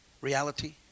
Reality